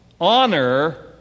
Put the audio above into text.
Honor